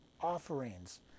offerings